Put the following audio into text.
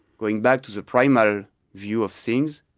going back to the primal view of things,